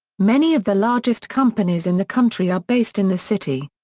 many of the largest companies in the country are based in the city.